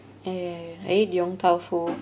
I ate yong tau foo